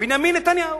בנימין נתניהו,